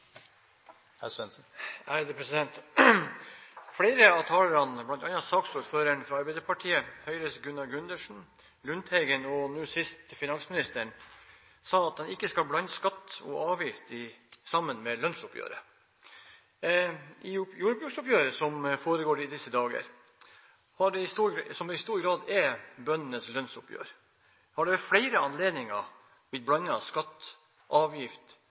nå sist finansministeren, sa at man ikke skal blande skatter og avgifter sammen med lønnsoppgjøret. I jordbruksoppgjøret – som foregår i disse dager, og som i stor grad er bøndenes lønnsoppgjør – har man ved flere anledninger